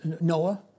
Noah